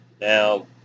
Now